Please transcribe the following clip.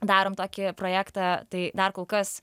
darom tokį projektą tai dar kol kas